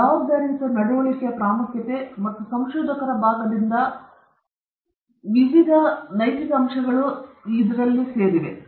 ಜವಾಬ್ದಾರಿಯುತ ನಡವಳಿಕೆಯ ಪ್ರಾಮುಖ್ಯತೆ ಮತ್ತು ಸಂಶೋಧಕರ ಭಾಗದಿಂದ ಜವಾಬ್ದಾರಿಯುತ ನಡವಳಿಕೆಯ ವಿವಿಧ ಅಂಶಗಳು ಇದರಲ್ಲಿ ಸೇರಿವೆ